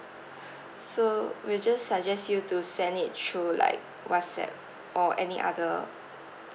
so we'll just suggest you to send it through like whatsapp or any other